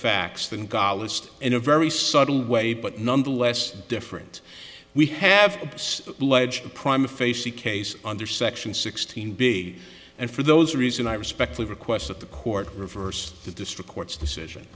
facts than ga list in a very subtle way but nonetheless different we have pledged a prime facie case under section sixteen big and for those reason i respectfully request that the court reverse the district court's decision